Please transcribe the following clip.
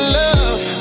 love